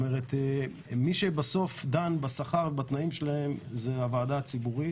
מי שבסוף דן בשכר ובתנאים שלהם זו הוועדה הציבורית,